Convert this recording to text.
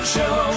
Show